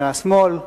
מהשמאל,